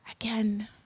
Again